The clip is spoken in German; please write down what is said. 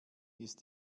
ist